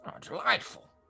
Delightful